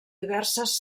diverses